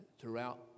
throughout